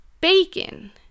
bacon